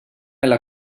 alla